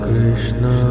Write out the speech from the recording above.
Krishna